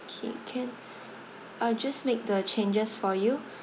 K can I'll just make the changes for you